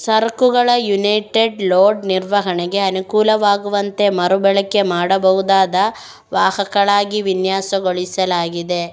ಸರಕುಗಳ unit load ನಿರ್ವಹಣೆಗೆ ಅನುಕೂಲವಾಗುವಂತೆ ಮರು ಬಳಕೆ ಮಾಡಬಹುದಾದ ವಾಹಕಗಳಾಗಿ ವಿನ್ಯಾಸಗೊಳಿಸಲಾಗಿದೆ